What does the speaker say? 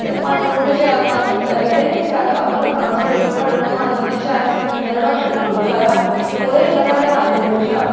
ते भांडे भूंडे शैल मांजने चाहिदे शैल साबन रक्खना रसोई च भांडे भूंडे मांजने स्टील दा होंदा ना जेह्ड़ा पोच्चा जां ओह्दे कन्नै भांडे मांजने शैल